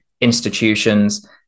institutions